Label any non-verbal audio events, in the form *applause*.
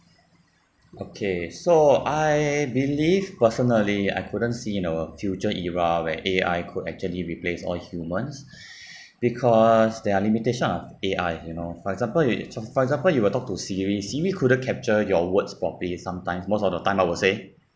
okay so I believe personally I couldn't see in our future era where A_I could actually replace all humans *breath* because there are limitation of A_I you know for example it for example you will talk to Siri Siri couldn't capture your words properly sometimes most of the time I would say